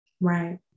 Right